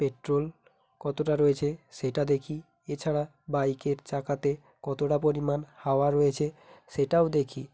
petrol কতটা রয়েছে সেটা দেখি এছাড়া বাইকের চাকাতে কতটা পরিমাণ হাওয়া রয়েছে সেটাও দেখি